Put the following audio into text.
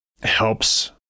helps